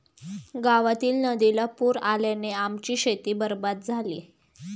गावातील नदीला पूर आल्याने आमची शेती बरबाद झाली